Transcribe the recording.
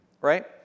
right